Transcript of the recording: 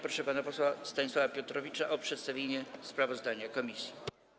Proszę pana posła Stanisława Piotrowicza o przedstawienie sprawozdania komisji.